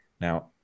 Now